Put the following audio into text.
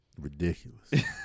ridiculous